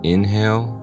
Inhale